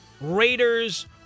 Raiders